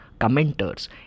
commenters